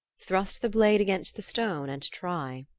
thrust the blade against the stone and try.